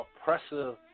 Oppressive